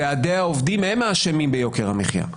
ועדי העובדים הם האשמים ביוקר המחיה.